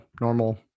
normal